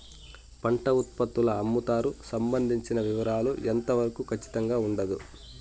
పంట ఉత్పత్తుల అమ్ముతారు సంబంధించిన వివరాలు ఎంత వరకు ఖచ్చితంగా ఉండదు?